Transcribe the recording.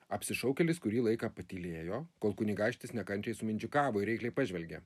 apsišaukėlis kurį laiką patylėjo kol kunigaikštis nekantriai sumindžikavo ir reikliai pažvelgė